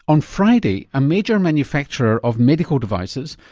on friday a major manufacturer of medical devices,